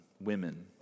women